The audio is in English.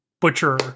butcher